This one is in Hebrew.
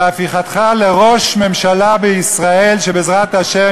ועל הפיכתך לראש ממשלה בישראל שבעזרת השם